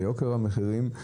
ליוקר המחירים.